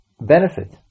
benefit